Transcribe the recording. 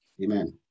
Amen